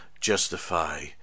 justify